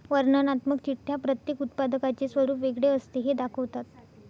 वर्णनात्मक चिठ्ठ्या प्रत्येक उत्पादकाचे स्वरूप वेगळे असते हे दाखवतात